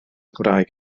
cymraeg